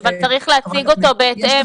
אבל צריך להציג אותו בהתאם.